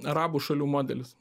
arabų šalių modelis